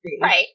Right